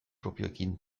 propioekin